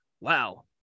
Wow